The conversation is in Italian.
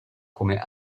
come